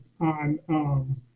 on